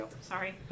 Sorry